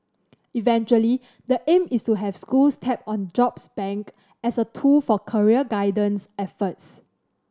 eventually the aim is to have schools tap on the jobs bank as a tool for career guidance efforts